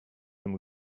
him